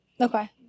Okay